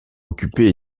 occupé